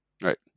right